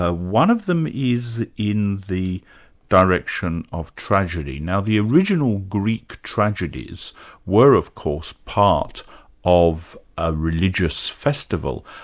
ah one of them is in the direction of tragedy. now the original greek tragedies were of course part of a religious festival.